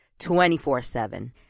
24-7